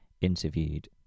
interviewed